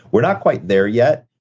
we're not quite there yet.